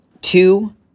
Two